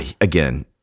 again